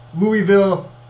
Louisville